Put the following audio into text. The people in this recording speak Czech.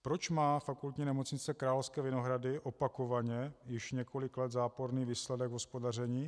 Proč má Fakultní nemocnice Královské Vinohrady opakovaně již několik let záporný výsledek hospodaření?